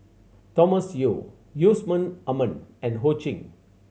Thomas Yeo Yusman Aman and Ho Ching